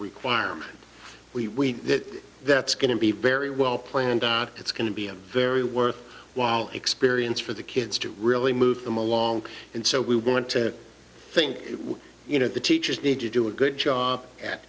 requirement we that that's going to be very well planned it's going to be a very worth while experience for the kids to really move them along and so we want to think you know the teachers need to do a good job at